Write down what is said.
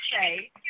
say